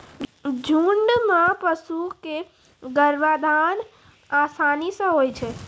झुंड म पशु क गर्भाधान आसानी सें होय छै